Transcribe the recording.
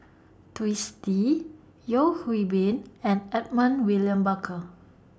Twisstii Yeo Hwee Bin and Edmund William Barker